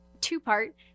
two-part